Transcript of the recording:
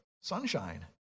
sunshine